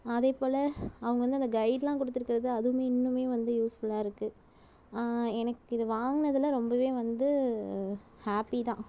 அதேபோல அவங்க வந்து அந்த கைடுலாம் கொடுத்துருக்குறது அதுவுமே இன்னமுமே வந்து யூஸ்ஃபுல்லாயிருக்கு எனக்கு இதை வாங்குனதில் ரொம்பவே வந்து ஹேப்பி தான்